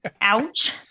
Ouch